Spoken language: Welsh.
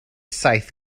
saith